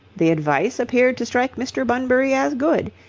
the advice appeared to strike mr. bunbury as good.